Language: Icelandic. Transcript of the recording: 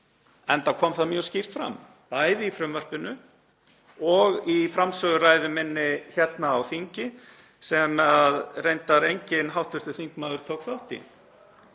enda kom það mjög skýrt fram, bæði í frumvarpinu og í framsöguræðu minni hérna á þingi, sem reyndar enginn hv. þingmaður tók þátt í